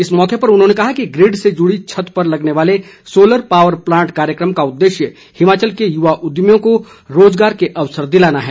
इस मौके पर उन्होंने कहा कि ग्रिड से जुड़ी छत पर लगने वाले सोलर पावर प्लांट कार्यक्रम का उददेश्य हिमाचल के युवा उद्यमियों को रोजगार के अवसर दिलाना है